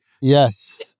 Yes